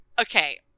Okay